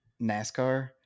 NASCAR